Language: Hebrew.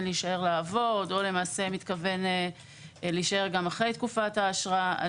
להישאר לעבוד או מתכוון להישאר גם אחרי תקופת האשרה,